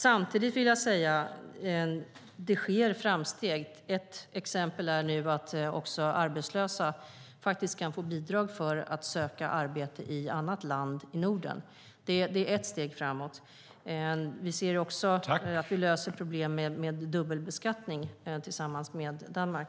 Samtidigt vill jag säga: Det sker framsteg. Ett exempel är nu att också arbetslösa faktiskt kan få bidrag för att söka arbete i annat land i Norden. Det är ett steg framåt. Vi ser också att vi löser problem med dubbelbeskattning tillsammans med Danmark.